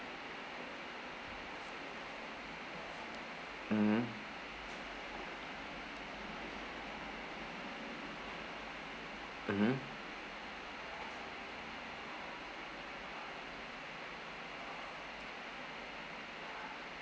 mmhmm mmhmm